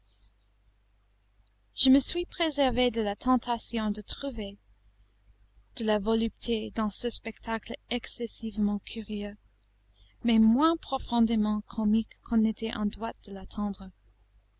je me suis préservé de la tentation de trouver de la volupté dans ce spectacle excessivement curieux mais moins profondément comique qu'on n'était en droit de l'attendre